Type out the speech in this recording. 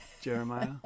Jeremiah